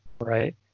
right